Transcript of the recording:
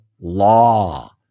law